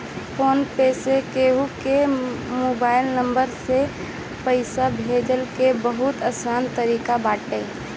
phone पे से केहू कअ मोबाइल नंबर से पईसा भेजला के बहुते आसान तरीका बाटे